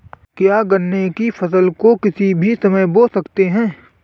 क्या गन्ने की फसल को किसी भी समय बो सकते हैं?